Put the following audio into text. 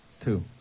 Two